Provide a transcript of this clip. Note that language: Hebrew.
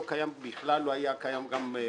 לא קיימת ולא הייתה קיימת גם בחקיקות.